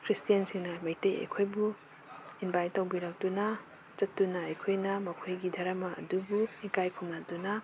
ꯈ꯭ꯔꯤꯁꯇꯦꯟꯁꯤꯡꯅ ꯃꯤꯇꯩ ꯑꯈꯣꯏꯕꯨ ꯏꯟꯚꯥꯏꯠ ꯇꯧꯕꯤꯔꯛꯇꯨꯅ ꯆꯠꯇꯨꯅ ꯑꯩꯈꯣꯏꯅ ꯃꯈꯣꯏꯒꯤ ꯗꯔꯃꯥ ꯑꯗꯨꯕꯨ ꯏꯀꯥꯏ ꯈꯨꯝꯅꯗꯨꯅ